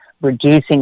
reducing